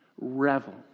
revel